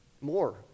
More